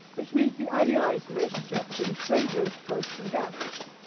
which means the idealized relationship between strangers, hosts and guests.